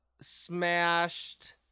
smashed